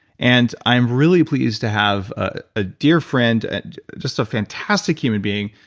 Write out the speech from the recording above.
and i'm really pleased to have a dear friend, and just a fantastic human being,